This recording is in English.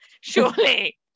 surely